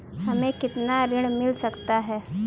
हमें कितना ऋण मिल सकता है?